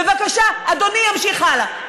בבקשה, אדוני ימשיך הלאה.